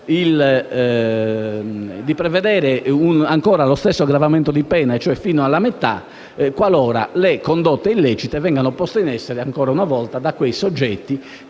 di prevedere lo stesso aggravamento di pena, e cioè l'aumento fino alla metà, qualora le condotte illecite vengano poste in essere, ancora una volta, dai soggetti